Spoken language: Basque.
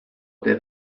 ote